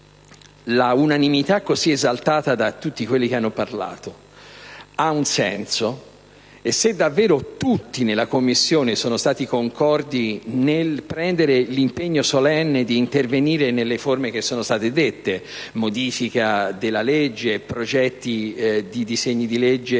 l'unanimità, così esaltata da tutti che quelli che hanno parlato, ha un senso, e se davvero tutti nella Commissione sono stati concordi nel prendere l'impegno solenne di intervenire nelle forme che sono state dette (modifica della legge e progetti di disegni di legge